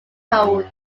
code